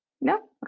No